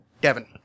Devin